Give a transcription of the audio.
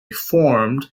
formed